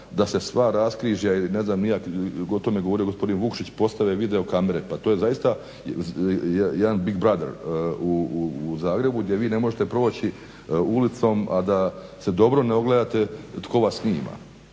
da se sva raskrižja i ne znam ni ja tko je o tome govorio gospodin Vukšić postave videokamere. Pa to je doista jedan Big Brother u Zagrebu gdje vi ne možete proći ulicom a da se dobro ne ogledate tko vas snima